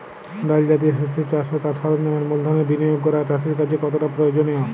ডাল জাতীয় শস্যের চাষ ও তার সরঞ্জামের মূলধনের বিনিয়োগ করা চাষীর কাছে কতটা প্রয়োজনীয়?